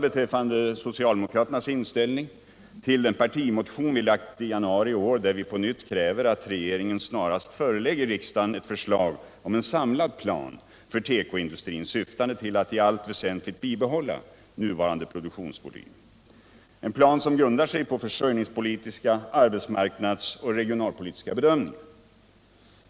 Beträffande socialdemokraternas inställning hänvisar jag till den partimotion som vi väckte i januari i år. I den kräver vi på nytt att regeringen snarast förelägger riksdagen ett förslag till samlad plan för tekoindustrin, syftande till att i allt väsentligt bibehålla nuvarande produktionsvolym, en plan som grundar sig på försörjningspolitiska, arbetsmarknadspolitiska och regionalpolitiska bedömningar.